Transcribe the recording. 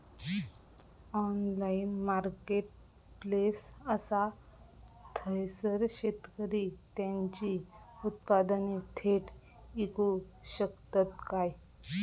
Online marketplace असा थयसर शेतकरी त्यांची उत्पादने थेट इकू शकतत काय?